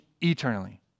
eternally